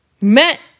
met